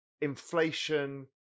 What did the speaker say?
inflation